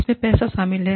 इसमें पैसा शामिल है